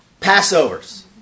Passovers